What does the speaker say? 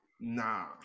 nah